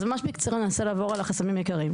אז ממש בקצרה ננסה לעבור על החסמים העיקריים.